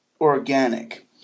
organic